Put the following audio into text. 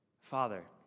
father